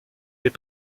mais